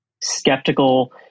skeptical